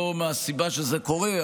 לא מהסיבה שזה קורה,